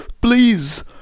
please